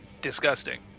Disgusting